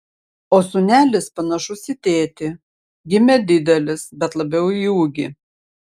o sūnelis panašus į tėtį gimė didelis bet labiau į ūgį